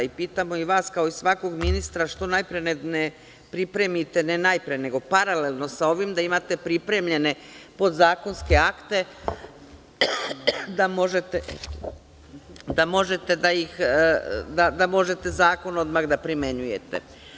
Pitamo i vas, kao i svakog ministra, što najpre ne pripremite, ne najpre nego paralelno sa ovim da imate pripremljene podzakonske akte da možete zakon odmah da primenjujete?